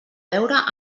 veure